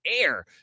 air